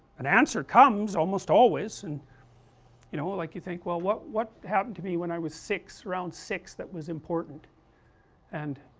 and answer comes almost always and you know, like you think well what what happened to me when i was six, around six that was important and,